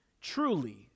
truly